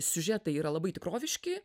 siužetai yra labai tikroviški